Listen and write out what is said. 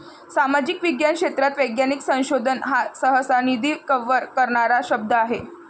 सामाजिक विज्ञान क्षेत्रात वैज्ञानिक संशोधन हा सहसा, निधी कव्हर करणारा शब्द आहे